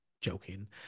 joking